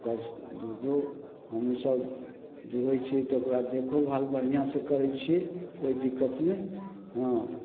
ओकर दूधो हमसब दुहय छियै तऽ ओकरा देखोभाल बढ़िआँसँ करय छियै कोइ दिक्कत नहि हँ